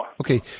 Okay